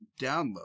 download